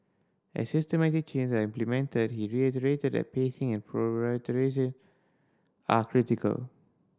as systemic change are implemented he reiterated that pacing and are critical